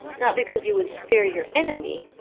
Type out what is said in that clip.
not because you would spare your enemy,